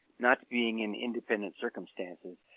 not being in independent circumstances,